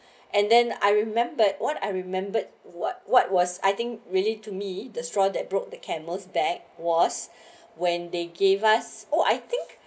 and then I remembered what I remembered what what was I think really to me the straw that broke the camel's back was when they gave us oh I think